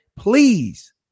Please